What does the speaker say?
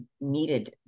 needed